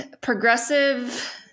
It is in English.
progressive